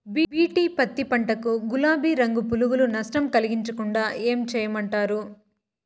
BT పత్తి పంట కు, గులాబీ రంగు పులుగులు నష్టం కలిగించకుండా ఏం చేయమంటారు?